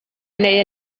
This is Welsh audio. neu